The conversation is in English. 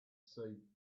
see